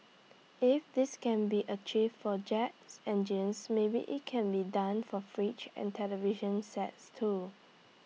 if this can be achieved for jet engines maybe IT can be done for fridges and television sets too